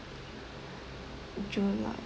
july